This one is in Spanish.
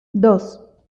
dos